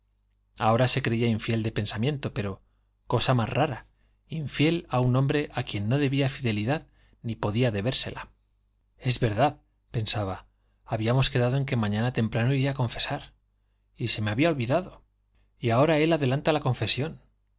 ahora se creía infiel de pensamiento pero cosa más rara infiel a un hombre a quien no debía fidelidad ni podía debérsela es verdad pensaba habíamos quedado en que mañana temprano iría a confesar y se me había olvidado y ahora él adelanta la confesión